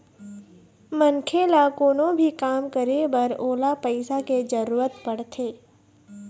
मनखे ल कोनो भी काम करे बर ओला पइसा के जरुरत पड़थे